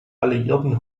alliierten